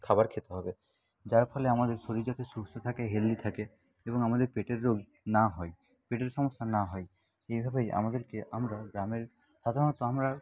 খাবার খেতে হবে যার ফলে আমাদের শরীর যাতে সুস্থ থাকে হেলদি থাকে এবং আমাদের পেটের রোগ না হয় পেটের সমস্যা না হয় এইভাবেই আমাদেরকে আমরা গ্রামের সাধারণত আমরা